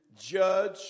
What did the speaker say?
judge